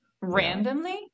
randomly